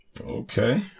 Okay